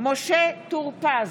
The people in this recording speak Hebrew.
משה טור פז,